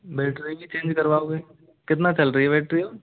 battery भी change करवाओगे कितना चल रही है बैटरी और